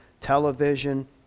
television